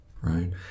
right